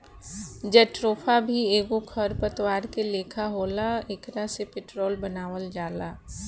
jatropha भी एगो खर पतवार के लेखा होला एकरा से पेट्रोल बनावल जाला